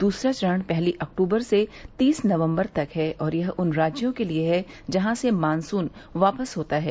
दूसरा चरण पहली अक्टूबर से तीस नवम्बर तक है और यह उन राज्यों के लिए है जहां से मानसून वापस होता है